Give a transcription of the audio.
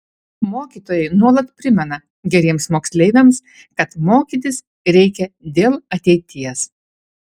mokytojai nuolat primena geriems moksleiviams kad mokytis reikia dėl ateities